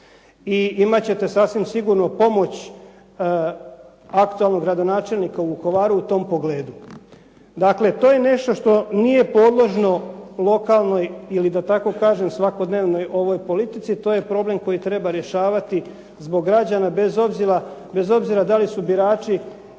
i imat ćete sasvim sigurno pomoć aktualnog gradonačelnika u Vukovaru u tom pogledu. Dakle, to je nešto što nije podležno lokalnoj ili da tako kažem svakodnevnoj ovoj politici. To je problem koji treba rješavati zbog građana bez obzira da li su birači